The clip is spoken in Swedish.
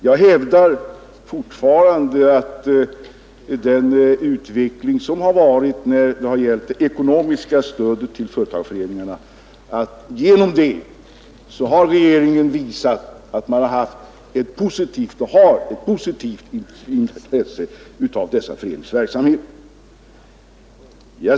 Jag hävdar Torsdagen den fortfarande att genom den utveckling som skett i fråga om det 16 mars 1972 ekonomiska stödet till företagarföreningarna har regeringen visat att man har haft ett positivt intresse av dessa föreningars verksamhet.